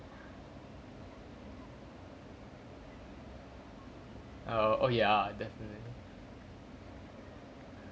err oh ya definitely